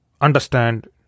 understand